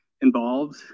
involved